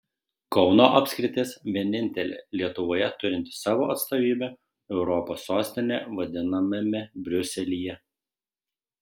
kauno apskritis vienintelė lietuvoje turinti savo atstovybę europos sostine vadinamame briuselyje